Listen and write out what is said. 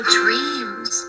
dreams